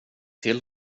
till